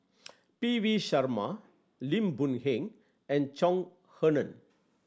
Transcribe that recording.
P V Sharma Lim Boon Heng and Chong Heman